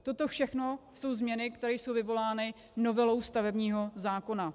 Toto všechno jsou změny, které jsou vyvolány novelou stavebního zákona.